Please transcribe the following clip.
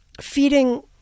feeding